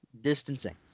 distancing